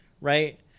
right